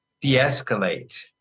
de-escalate